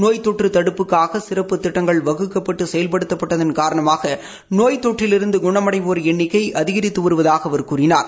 நோய் தொற்றுத் தடுப்புக்காக சிறப்பு திட்டங்கள் வகுக்கப்பட்டு செயல்படுத்தப்பட்டதள் காரணமாக நோய் தொற்றிலிருந்து குணமடைவோா் எண்ணிக்கை அதிகரித்து வருவதாக அவர் கூறினார்